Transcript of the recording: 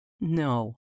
No